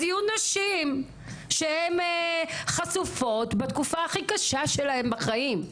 אז יהיו נשים שהם חשופות בתקופה הכי קשה שלהן בחיים.